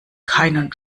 keinen